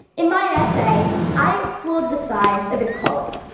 in my essay i explored the science of equality,